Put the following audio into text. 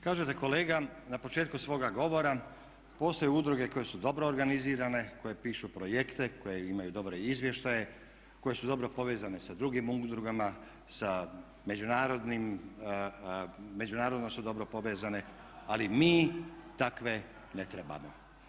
Kažete kolega na početku svoga govora postoje udruge koje su dobro organizirane, koje pišu projekte, koje imaju dobre izvještaje, koje su dobro povezane sa drugim udrugama, međunarodno su dobro povezane ali mi takve ne trebamo.